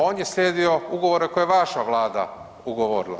On je slijedio ugovore koje je vaša Vlada ugovorila.